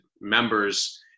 members